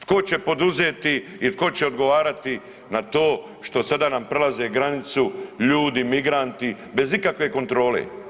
Tko će poduzeti i tko će odgovarati na to što sada nam prelaze granicu ljudi, migranti bez ikakve kontrole?